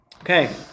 Okay